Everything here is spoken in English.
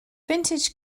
vintage